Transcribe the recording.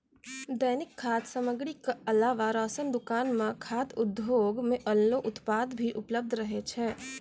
दैनिक खाद्य सामग्री क अलावा राशन दुकान म खाद्य उद्योग सें बनलो उत्पाद भी उपलब्ध रहै छै